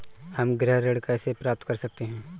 हम गृह ऋण कैसे प्राप्त कर सकते हैं?